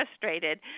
frustrated